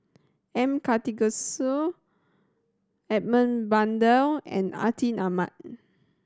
M Karthigesu Edmund Blundell and Atin Amat